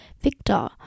Victor